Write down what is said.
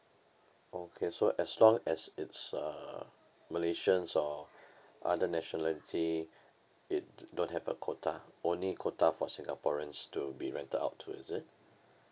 okay so as long as it's uh malaysians or other nationality it don't have a quota only quota for singaporeans to be rented out to is it